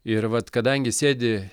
ir vat kadangi sėdi